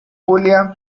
julia